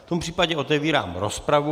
V tom případě otevírám rozpravu.